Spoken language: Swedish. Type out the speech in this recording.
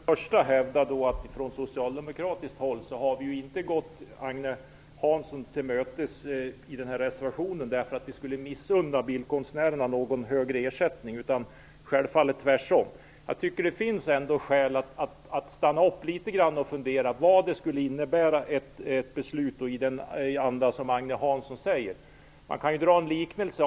Fru talman! Från socialdemokratiskt håll har vi ju inte gått Agne Hansson till mötes när det gäller den här reservationen därför att vi skulle missunna bildkonstnärerna en högre ersättning, snarare tvärtom. Det finns skäl att stanna upp och något fundera över vad ett beslut i den anda som Agne Hansson förordar skulle innebära. Jag skall ta en liknelse.